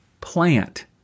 plant